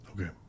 Okay